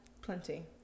plenty